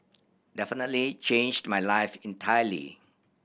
definitely changed my life entirely